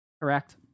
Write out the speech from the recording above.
Correct